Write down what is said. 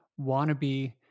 wannabe